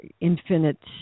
infinite